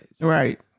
Right